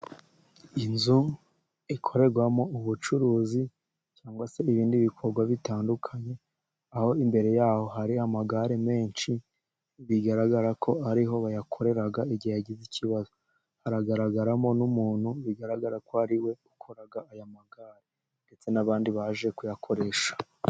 Inzu ikorerwamo ubucuruzi cyangwa se ibindi bikorwa bitandukanye, aho imbere yaho hari amagare menshi, bigaragara ko ariho bayakorera igihe ha yagize ikibazo. Haragaragaramo n'umuntu bigaragara ko ariwe ukora aya magare, ndetse n'abandi baje kuyakoresha.